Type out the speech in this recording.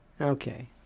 Okay